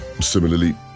Similarly